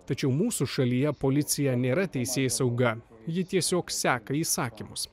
tačiau mūsų šalyje policija nėra teisėsauga ji tiesiog seka įsakymus